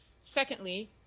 Secondly